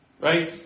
Right